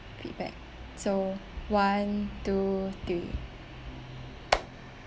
feedback so one two three